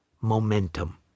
momentum